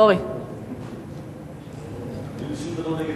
אין לי שום דבר נגד אלדד.